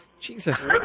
Jesus